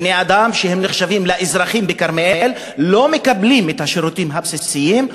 בני-אדם שנחשבים לאזרחים בכרמיאל לא מקבלים את השירותים הבסיסיים,